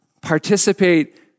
Participate